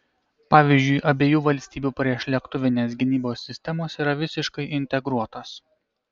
pavyzdžiui abiejų valstybių priešlėktuvinės gynybos sistemos yra visiškai integruotos